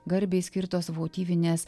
garbei skirtos votyvinės